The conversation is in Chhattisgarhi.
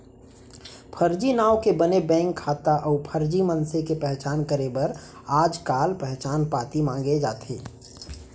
फरजी नांव के बने बेंक खाता अउ फरजी मनसे के पहचान करे बर आजकाल पहचान पाती मांगे जाथे